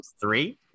Three